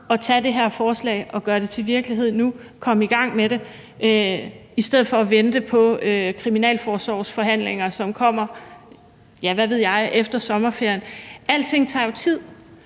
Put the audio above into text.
at tage det her forslag og gøre det til virkelighed nu og komme i gang med det i stedet for at vente på kriminalforsorgsforhandlinger, som kommer, ja, hvad ved jeg, efter sommerferien? Alting tager jo tid,